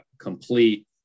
complete